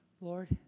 Lord